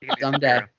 Someday